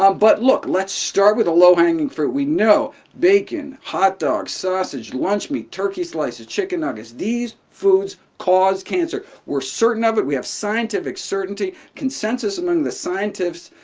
um but look, let's start with the low-hanging fruit. we know bacon, hot dogs, sausage, lunch meat, turkey slices, chicken nuggets these foods cause cancer. we're certain of it we have scientific certainty, consensus among the scientists,